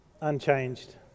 Unchanged